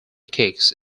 kicks